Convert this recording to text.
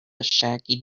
shaggy